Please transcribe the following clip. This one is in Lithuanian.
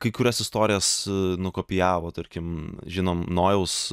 kai kurias istorijas nukopijavo tarkim žinom nojaus